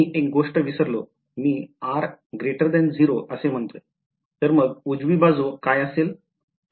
मी एक गोष्ट विसरलो मी असे म्हणतोय तर मग उजवी बाजू काय असेल